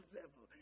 level